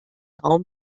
raum